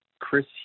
Chris